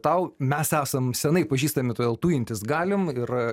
tau mes esam senai pažįstami todėl tujintis galim ir